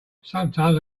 sometimes